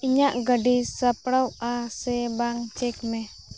ᱤᱧᱟᱹᱜ ᱜᱟᱹᱰᱤ ᱥᱟᱯᱲᱟᱣᱼᱟ ᱥᱮ ᱵᱟᱝ ᱪᱮᱠᱢᱮ